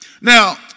Now